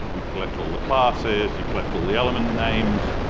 you collect all the classes, you collect all the element names,